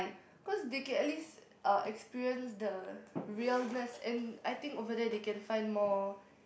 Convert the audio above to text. cause they can at least er experience the realness and I think over there they can find more